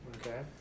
Okay